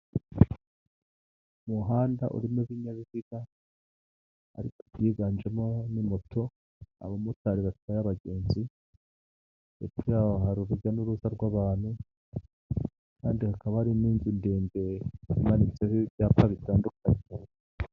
Umuhanda urimo ibinyabiziga ariko ibyiganjemo ni moto, abamotari batwaye abagenzi, hepfo yaho hari urujya n'uruza rw'abantu kandi hakaba hari n'inzu ndende imanitseho ibyapa bitandukanye.